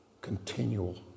continual